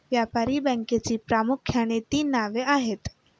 व्यापारी बँकेची प्रामुख्याने तीन नावे आहेत